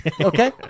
Okay